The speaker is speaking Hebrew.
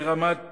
ברמת